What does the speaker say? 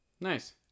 Nice